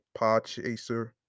Podchaser